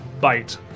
bite